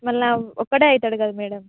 మళ్ళీ ఒక్కడే అవుతాడు కదా మేడం